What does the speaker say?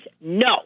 no